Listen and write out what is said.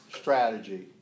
strategy